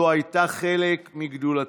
זה היה חלק מגדולתו.